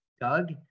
Doug